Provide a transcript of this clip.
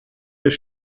des